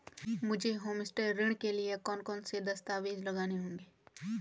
मुझे होमस्टे ऋण के लिए कौन कौनसे दस्तावेज़ लगाने होंगे?